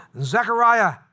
Zechariah